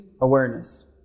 awareness